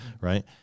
right